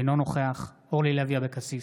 אינו נוכח אורלי לוי אבקסיס,